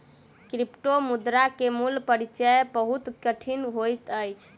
क्रिप्टोमुद्रा के मूल परिचय बहुत कठिन होइत अछि